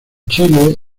chile